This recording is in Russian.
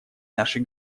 нашей